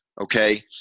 Okay